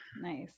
Nice